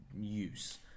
use